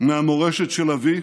מהמורשת של אבי,